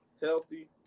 healthy